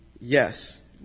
Yes